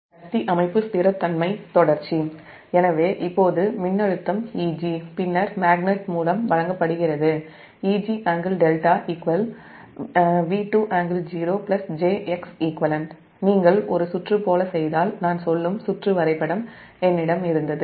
எனவே இப்போதுமின்னழுத்தம் Eg magnet மூலம் வழங்கப்படுகிறது Eg∟δ |V2|∟0 j Xeq நீங்கள் ஒரு சுற்று போல செய்தால் நான்சொல்லும் சுற்று வரைபடம் என்னிடம் இருந்தது